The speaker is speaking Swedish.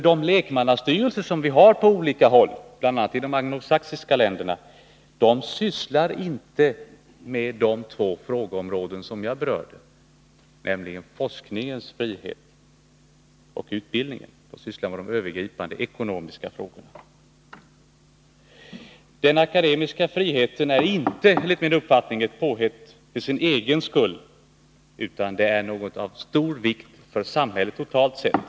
De lekmannastyrelser som vi har på olika håll, bl.a. i de anglosaxiska länderna, sysslar ju inte med de två frågeområden som jag har berört, nämligen forskningen och utbildningen; de sysslar med de övergripande ekonomiska frågorna. Den akademiska friheten är inte enligt min uppfattning ett påhitt för sin egen skull utan något av stor vikt för samhället totalt sett.